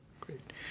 Great